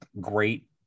great